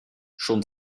schon